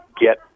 get